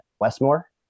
Westmore